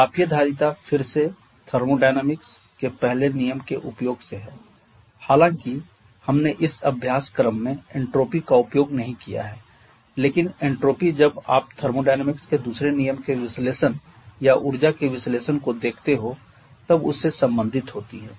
तापीय धारिता फिर से थर्मोडायनामिक्स के पहले नियम के उपयोग से है हालांकि हमने इस अभ्यासक्रम में एन्ट्रोपी का उपयोग नहीं किया है लेकिन एन्ट्रोपी जब आप थर्मोडायनामिक्स के दूसरे नियम के विश्लेषण या ऊर्जा के विश्लेषण को देखते हो तब उससे सम्बन्धित होती है